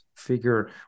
figure